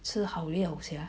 吃好料 sia